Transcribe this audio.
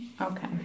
okay